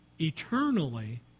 eternally